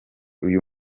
uyu